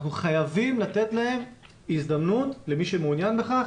אנחנו חייבים לתת להם הזדמנות, למי שמעוניין בכך,